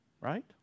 Right